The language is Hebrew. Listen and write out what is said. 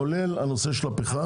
כולל נושא הפחם.